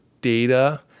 data